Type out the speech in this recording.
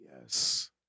yes